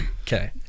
Okay